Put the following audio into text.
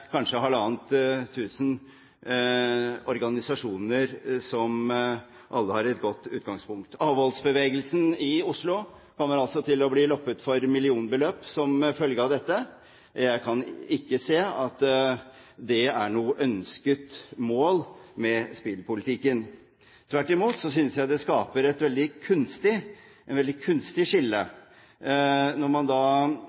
kanskje halvannet tusen organisasjoner som alle har et godt utgangspunkt. Avholdsbevegelsen i Oslo kommer til å bli loppet for millionbeløp som følge av dette, og jeg kan ikke se at det er noe ønsket mål med spillpolitikken. Tvert imot synes jeg det skaper et veldig kunstig skille